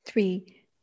three